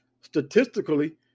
statistically